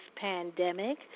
pandemic